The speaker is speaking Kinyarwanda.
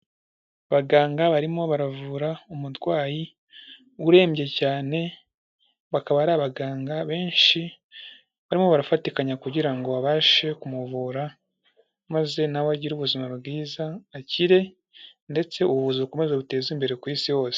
Abaganga barimo baravura umurwayi urembye cyane bakaba ari abaganga benshi barimo barafatikanyaya kugira ngo babashe kumuvura maze nawe agire ubuzima bwiza akire ndetse ubuzima bukomeze butezwe imbere ku isi hose.